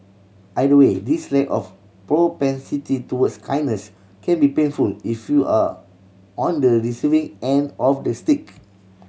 either way this lack of propensity towards kindness can be painful if you are on the receiving end of the stick